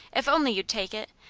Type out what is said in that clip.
if only you'd take it,